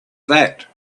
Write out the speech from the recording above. that